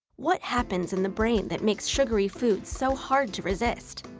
what happens in the brain that makes sugary foods so hard to resist?